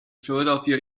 philadelphia